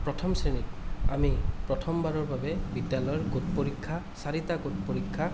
প্ৰথম শ্ৰেণীত আমি প্ৰথমবাৰৰ বাবে বিদ্য়ালয়ৰ গোট পৰীক্ষা চাৰিটা গোট পৰীক্ষা